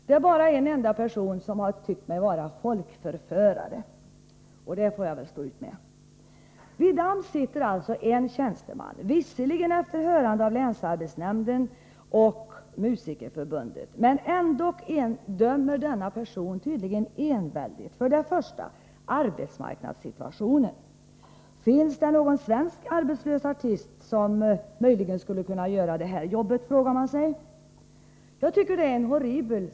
Det är bara en person som ansett mig vara en folkförförare. Men det får jag väl stå ut med. I arbetsmarknadsstyrelsen, AMS, är det bara en person som har att göra bedömningar i detta sammanhang — visserligen efter hörande med länsarbetsnämnden och Musikerförbundet. Denna person dömer tydligen enväldigt. Jag vill göra följande kommentarer: För det första gäller det arbetsmarknadssituationen. Finns det någon svensk arbetslös artist som möjligen skulle kunna göra det här jobbet? Jag tycker att situationen är horribel.